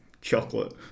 Chocolate